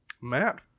Matt